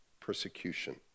persecution